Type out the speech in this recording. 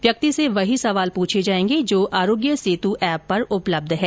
व्यक्ति से वही सवाल पूछे जाएंगे जो आरोग्यब सेतु ऐप पर उपलब्य हैं